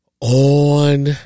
on